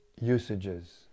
usages